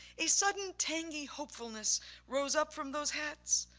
a sudden tangy hopefulness rose up from those hats,